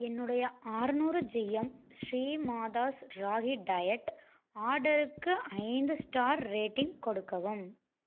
என்னுடைய அறுநூறு GM Srimathas ragi diet ஆர்டருக்கு ஐந்து ஸ்டார் ரேட்டிங் கொடுக்கவும்